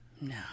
No